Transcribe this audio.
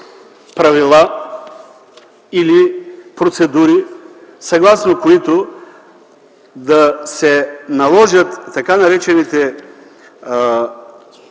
правила или процедури, съгласно които да се наложат така наречените